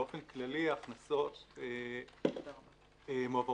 באופן כללי ההכנסות מועברות